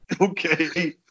Okay